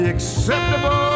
Acceptable